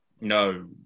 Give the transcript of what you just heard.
No